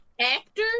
actor